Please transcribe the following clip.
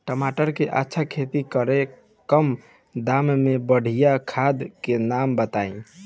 टमाटर के अच्छा खेती करेला कम दाम मे बढ़िया खाद के नाम बताई?